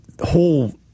whole